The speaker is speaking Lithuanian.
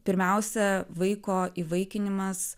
pirmiausia vaiko įvaikinimas